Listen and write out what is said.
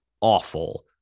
awful